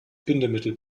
bindemittel